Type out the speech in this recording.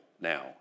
now